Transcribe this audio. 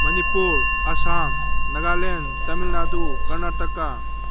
Manipur Assam Nagaland Tamil Nadu Karnataka